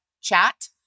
chat